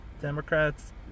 Democrats